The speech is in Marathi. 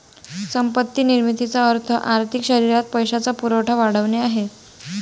संपत्ती निर्मितीचा अर्थ आर्थिक शरीरात पैशाचा पुरवठा वाढवणे आहे